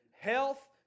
health